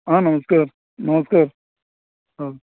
हां नमस्कार नमस्कार अह